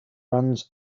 runs